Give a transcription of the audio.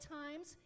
times